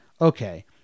okay